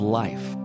life